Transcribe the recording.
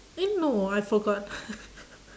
eh no I forgot